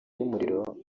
y’umuriro